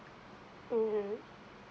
mmhmm